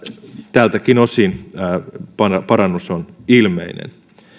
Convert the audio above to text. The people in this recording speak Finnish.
tältäkin osin parannus on ilmeinen